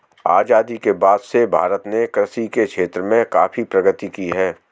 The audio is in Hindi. आजादी के बाद से भारत ने कृषि के क्षेत्र में काफी प्रगति की है